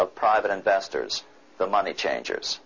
of private investors the money change